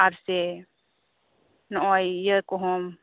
ᱟᱨ ᱥᱮ ᱱᱚᱜᱼᱚᱭ ᱤᱭᱟᱹ ᱠᱚᱦᱚᱸ